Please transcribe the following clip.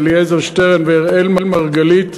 אלעזר שטרן ואראל מרגלית,